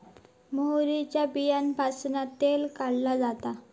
मोहरीच्या बीयांपासना तेल काढला जाता